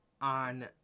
on